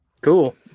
Cool